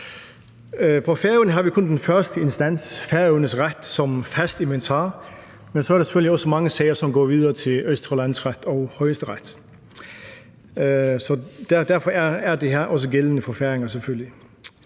På Færøerne har vi kun den første instans, Færøernes ret, som fast inventar. Men der er selvfølgelig også mange sager, som går videre til Østre Landsret og Højesteret. Derfor er det her selvfølgelig også gældende for færinger, og en lang